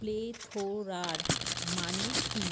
প্লেথোরার মানে কি